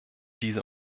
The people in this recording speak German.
diese